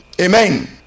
Amen